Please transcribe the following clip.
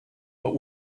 but